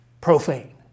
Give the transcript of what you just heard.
Profane